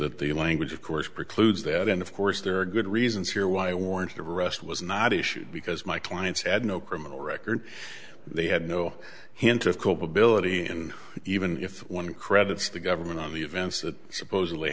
that the language of course precludes that and of course there are good reasons here why warrant of arrest was not issued because my clients had no criminal record they had no hint of cope ability and even if one credits the government on the events that supposedly